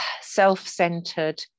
self-centered